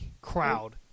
crowd